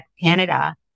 Canada